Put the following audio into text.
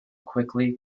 quickly